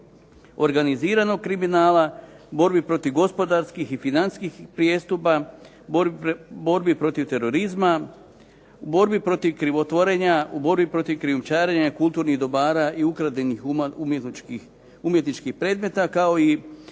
organiziranog kriminala, borbi protiv gospodarskih i financijskih prijestupa, borbi protiv terorizma, borbi protiv krivotvorenja u borbi protiv krijumčarenja kulturnih dobara i ukradenih umjetničkih predmeta kao i